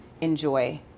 enjoy